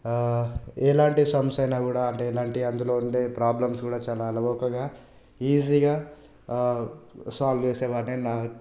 ఎలాంటి సమ్స్ అయినా కూడా అదేనంటే అందులో ఉండే ప్రాబ్లమ్స్ కూడా చాలా అలవోకంగా ఈజీగా సాల్వ్ చేసేవాడిని నా